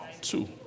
Two